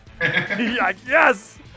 yes